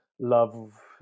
love